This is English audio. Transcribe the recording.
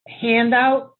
handout